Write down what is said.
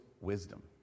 wisdom